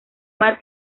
mar